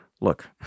look